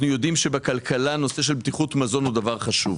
יודעים שבכלכלה הנושא של בטיחות מזון הוא דבר חשוב.